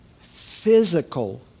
physical